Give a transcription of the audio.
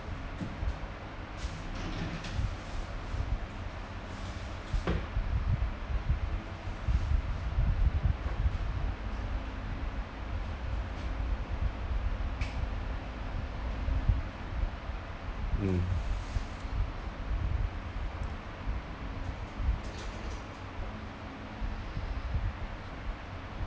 mm